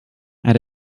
add